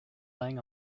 laying